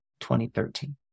2013